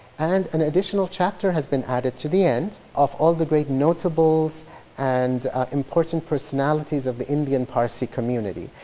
and an additional chapter has been added to the end of all the great notables and important personalities of the indian parsi community.